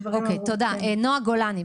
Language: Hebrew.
נעה גולני,